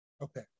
Okay